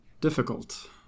difficult